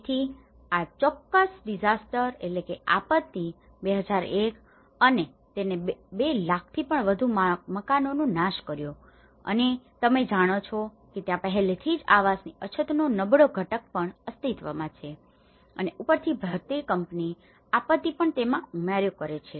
તેથી આ ચોક્કસ ડીઝાસ્ટરdisasterઆપત્તિ 2001 અને તેને 200000 થી વધુ મકાનોનો નાશ કર્યો હતો અને તમે જાણો છો કે ત્યાં પહેલેથી જ આવાસની અછતનો નબળો ઘટક પણ અસ્તિત્વમાં છે અને ઉપરથી ધરતીકંપની આપત્તિ પણ તેમાં ઉમેરો કરે છે